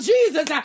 Jesus